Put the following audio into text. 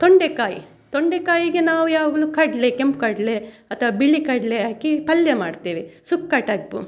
ತೊಂಡೆಕಾಯಿ ತೊಂಡೆಕಾಯಿಗೆ ನಾವು ಯಾವಾಗಲು ಕಡಲೆ ಕೆಂಪು ಕಡಲೆ ಅಥವಾ ಬಿಳಿ ಕಡಲೆ ಹಾಕಿ ಪಲ್ಯ ಮಾಡ್ತೇವೆ ಸುಕ್ಕ ಟೈಪು